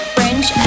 French